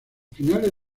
finales